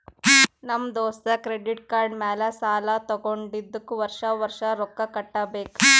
ನಮ್ ದೋಸ್ತ credit card ಮ್ಯಾಲ ಸಾಲಾ ತಗೊಂಡಿದುಕ್ ವರ್ಷ ವರ್ಷ ರೊಕ್ಕಾ ಕಟ್ಟಬೇಕ್